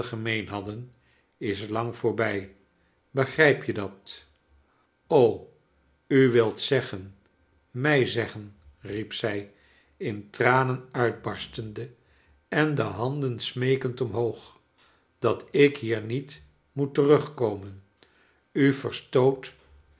hadden is lang voorbij begrijp je dat a u wilt zeggen mij zeggen riep zij in tranen uitbarstende en de handen smeekend omhoog dat ilz hier niet moet terugkomen u verstoot